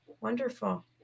wonderful